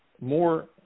more